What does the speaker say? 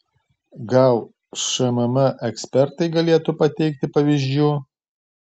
gal šmm ekspertai galėtų pateikti pavyzdžių